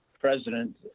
president